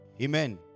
Amen